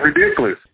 ridiculous